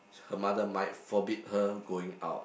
her mother might forbid her going out